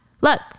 Look